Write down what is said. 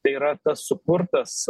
tai yra tas sukurtas